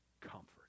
comfort